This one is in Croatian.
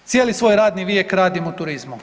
Cijeli svoj radni vijek radim u turizmu.